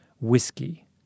whiskey